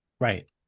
Right